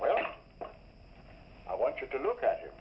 well i want you to look at